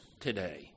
today